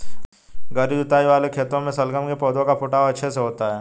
गहरी जुताई वाले खेतों में शलगम के पौधे का फुटाव अच्छे से होता है